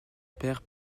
père